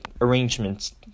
arrangements